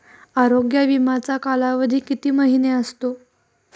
आरोग्य विमाचा कालावधी किती महिने असतो?